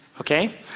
okay